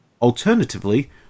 Alternatively